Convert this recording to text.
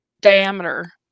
diameter